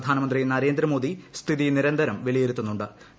പ്രധാന്മുന്ത്രി നരേന്ദ്രമോദി സ്ഥിതി നിരന്തരം വിലയിരുത്തുന്നു്